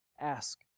ask